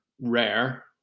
rare